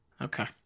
Okay